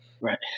Right